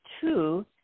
two